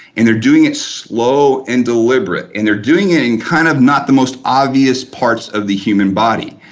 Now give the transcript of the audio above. and they're doing it slow and deliberate, and they're doing it and kind of not the most obvious parts of the human body.